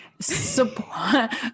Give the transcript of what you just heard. support